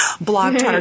blog